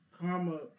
karma